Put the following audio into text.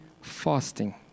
fasting